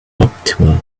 optimal